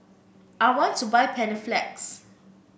I want to buy Panaflex